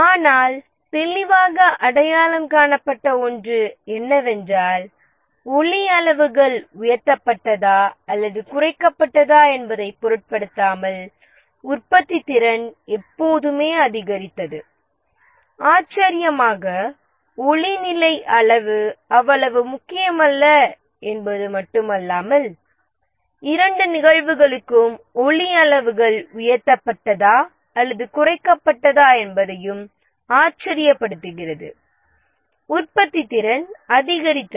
ஆனால் தெளிவாக அடையாளம் காணப்பட்ட ஒன்று என்னவென்றால் ஒளி அளவுகள் உயர்த்தப்பட்டதா அல்லது குறைக்கப்பட்டதா என்பதைப் பொருட்படுத்தாமல் உற்பத்தித்திறன் எப்போதுமே அதிகரித்தது ஆச்சரியமாக ஒளி நிலை அவ்வளவு முக்கியமல்ல என்பது மட்டுமல்லாமல் இரண்டு நிகழ்வுகளுக்கும் ஒளி அளவுகள் உயர்த்தப்பட்டதா அல்லது குறைக்கப்பட்டதா என்பதையும் ஆச்சரியப்படுத்துகிறது உற்பத்தித்திறன் அதிகரித்தது